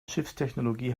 schiffstechnologie